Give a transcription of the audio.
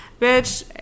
bitch